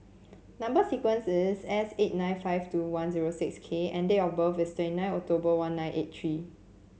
number sequence is S eight nine five two one zero six K and date of birth is twenty nine October one nine eight three